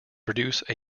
produce